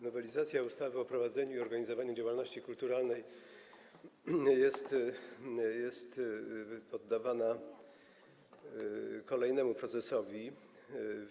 Nowelizacja ustawy o prowadzeniu i organizowaniu działalności kulturalnej jest poddawana kolejnemu procesowi.